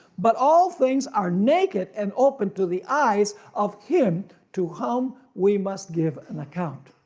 but all things are naked and open to the eyes of him to whom we must give an account.